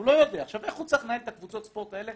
איך הוא צריך לנהל את קבוצות הספורט האלה?